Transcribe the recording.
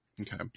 Okay